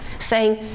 saying,